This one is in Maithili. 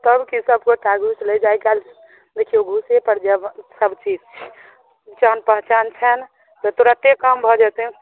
सबके सब गोटा घूस लै जाय काल देखिऔ घूसे पर जब सब चीज छै जान पहचान छनि तऽ तुरते काम भऽ जेतनि